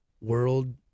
world